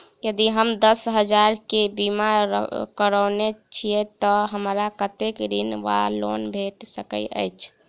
यदि हम दस हजार केँ बीमा करौने छीयै तऽ हमरा कत्तेक ऋण वा लोन भेट सकैत अछि?